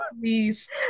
beast